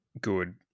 good